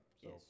Yes